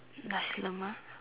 Nasi-Lemak